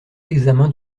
l’examen